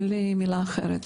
אין לי מילה אחרת.